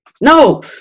No